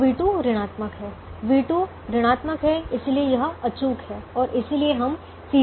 तो v2 ऋणात्मक है v2 ऋणात्मक है इसलिए यह अचूक है और इसलिए हम Cj Zj को देखते हैं